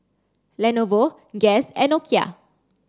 Lenovo Guess and Nokia